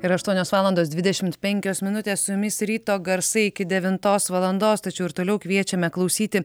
yra aštuonios valandos dvidešimt penkios minutės su jumis ryto garsai iki devintos valandos tačiau ir toliau kviečiame klausyti